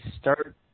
start